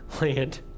land